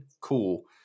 cool